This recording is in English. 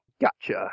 Gotcha